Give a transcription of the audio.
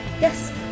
Yes